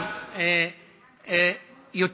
ההריסה היא אלימות,